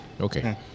okay